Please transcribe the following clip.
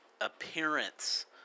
appearance